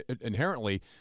inherently